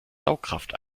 saugkraft